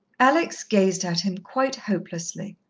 alex gazed at him quite hopelessly.